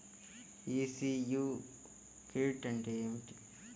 ECS credit అంటే ఏమిటి?